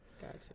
Gotcha